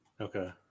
okay